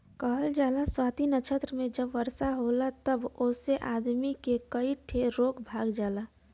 कहल जाला स्वाति नक्षत्र मे जब वर्षा होला तब ओसे आदमी के कई ठे रोग भाग जालन